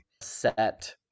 set